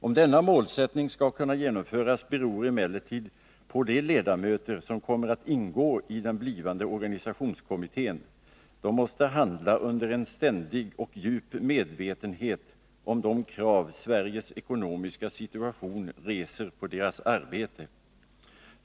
Om denna målsättning skall kunna uppnås beror emellertid på de ledamöter som kommer att ingå i den blivande organisationskommittén. De måste handla under en ständig och djup medvetenhet om de krav Sveriges ekonomiska situation ställer på deras arbete.